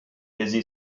busy